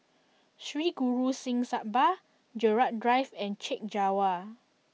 Sri Guru Singh Sabha Gerald Drive and Chek Jawa